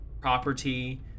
Property